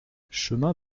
chemin